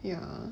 ya